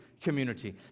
community